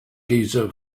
giza